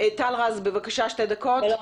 שלום.